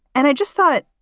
and i just thought,